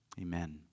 Amen